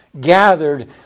gathered